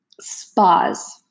spas